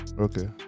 Okay